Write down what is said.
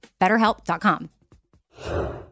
BetterHelp.com